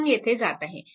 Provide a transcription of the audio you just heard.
येथून येथे जात आहे